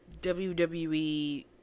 WWE